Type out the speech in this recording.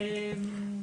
כן,